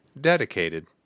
Dedicated